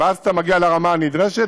ואז אתה מגיע לרמה הנדרשת,